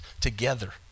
together